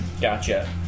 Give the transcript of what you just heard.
Gotcha